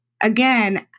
again